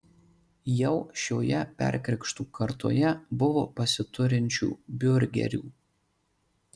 jau šioje perkrikštų kartoje buvo pasiturinčių biurgerių